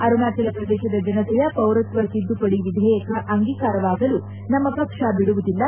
ಅರುಣಾಚಲ ಪ್ರದೇಶದ ಜನತೆಯ ಪೌರತ್ವ ತಿದ್ದುಪಡಿ ವಿಧೇಯಕ ಅಂಗೀತಾರವಾಗಲು ನಮ್ಮ ಪಕ್ಷ ಬಿಡುವುದಿಲ್ಲ